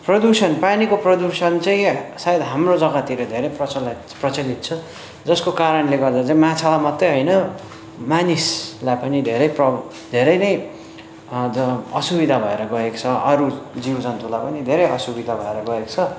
प्रदूर्षण पानीको प्रदूर्षण चाहिँ सायद हाम्रो जग्गातिर धेरै प्रचलित प्रचलित छ जसको कारणले गर्दा चाहिँ माछालाई मात्रै होइन मानिसलाई पनि धेरै प्रभव धेरै नै अझ असुविधा भएर गएको छ अरू जीव जन्तुलाई पनि धेरै असुविधा भएर गएको छ